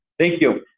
thank you.